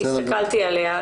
הסתכלתי עליה,